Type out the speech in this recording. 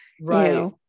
Right